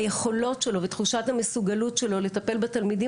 היכולות שלו ותחושות המסוגלות שלו לטפל בתלמידים